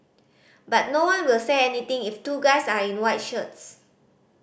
but no one will say anything if two guys are in white shirts